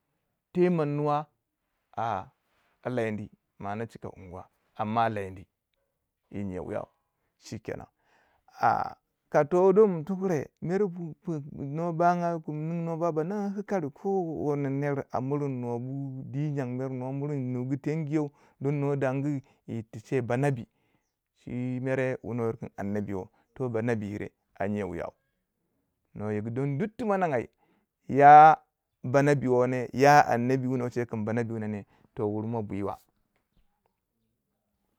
te mun nuwa a a lendi ma ana chika anguwa amma lendi yi nyiyau wiya shikenan, a ka pero don tukure miringu kum nuwa bangai yi kum nuwa nuwa ba ba ning kikare ko wono nere a miringu di nyangu mer nuwa miringu tenguyo mer no dangu yi yir ti che banabi shi mere wu nuwa yir kun annabi wo toh bannabi yire a nyiyau wiya. nuwa yigu don duk tu mo ningai ya banabi wo neh ya annabi wu no chegu kun banabi wuna neh toh wur mo bwi wa.